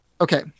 Okay